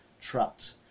trapped